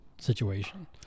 situation